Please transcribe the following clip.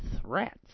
threats